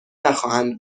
نخواهند